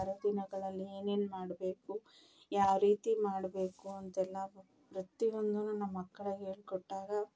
ಹರಿದಿನಗಳಲ್ಲಿ ಏನೇನು ಮಾಡಬೇಕು ಯಾವ ರೀತಿ ಮಾಡಬೇಕು ಅಂತೆಲ್ಲ ಪ್ರತಿಯೊಂದು ನಮ್ಮ ಮಕ್ಕಳಿಗೆ ಹೇಳ್ಕೊಟ್ಟಾಗ